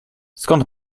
skąd